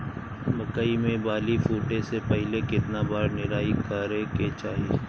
मकई मे बाली फूटे से पहिले केतना बार निराई करे के चाही?